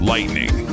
Lightning